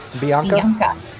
Bianca